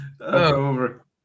over